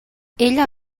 ella